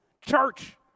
church